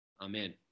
Amen